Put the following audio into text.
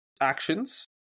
actions